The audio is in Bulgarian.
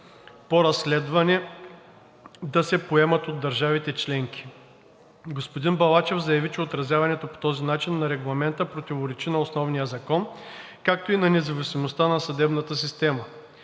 по разследване да се поемат от държавите членки. Господин Балачев заяви, че отразяването по този начин на регламента противоречи на основния закон, както и на независимостта на съдебната система.